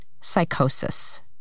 psychosis